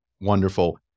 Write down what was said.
Wonderful